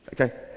Okay